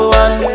one